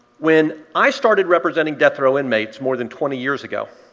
when i started representing death row inmates more than twenty years ago,